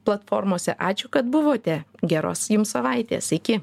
platformose ačiū kad buvote geros jum savaitės iki